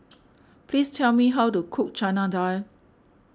please tell me how to cook Chana Dal